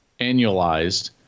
annualized